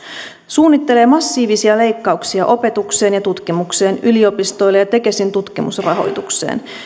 suunnittelee massiivisia leikkauksia opetukseen ja tutkimukseen yliopistoille ja tekesin tutkimusrahoitukseen